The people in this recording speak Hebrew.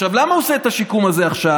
למה הוא עושה את השיקום הזה עכשיו?